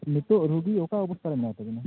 ᱱᱤᱛᱚ ᱨᱩᱜᱤ ᱚᱠᱟ ᱚᱵᱚᱥᱛᱟ ᱨᱮ ᱢᱮᱱᱟᱭ ᱛᱟᱵᱮᱱᱟ